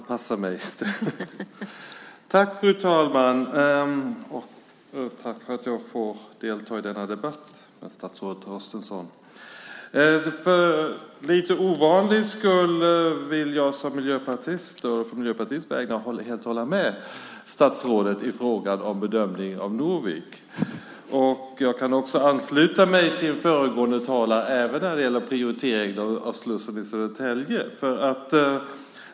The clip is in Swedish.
Fru talman! Tack för att jag får delta i denna debatt med statsrådet Torstensson. För ovanlighetens skull vill jag å Miljöpartiets vägnar helt hålla med statsrådet i frågan om bedömningen av Norvik. Jag kan också ansluta mig till föregående talare när det gäller prioriteringen av slussen i Södertälje.